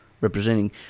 Representing